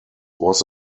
was